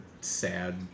sad